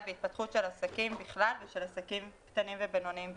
בהתפתחות של עסקים בכלל ושל עסקים קטנים ובינוניים בפרט.